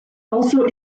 also